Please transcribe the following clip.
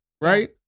right